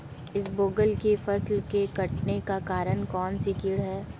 इसबगोल की फसल के कटने का कारण कौनसा कीट है?